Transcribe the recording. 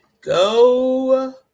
Go